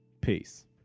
Peace